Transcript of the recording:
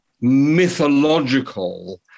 mythological